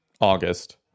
August